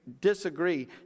disagree